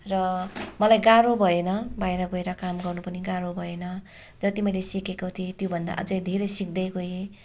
र मलाई गाह्रो भएन बाहिर गएर काम गर्नु पनि गाह्रो भएन जति मैले सिकेको थिएँ त्यो भन्दा अझ धेरै सिक्दै गएँ